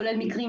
כולל מקרים,